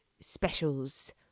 specials